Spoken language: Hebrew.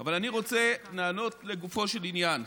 אבל אני רוצה לענות לגופו של עניין.